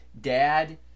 Dad